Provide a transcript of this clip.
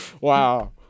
wow